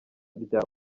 rya